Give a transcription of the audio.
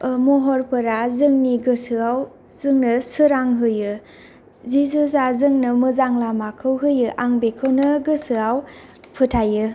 महरफोरा जोंनि गोसोआव जोंनो सोरां होयो जि जोजा जोंनो मोजां लामाखौ होयो आं बिखौनो फोथायो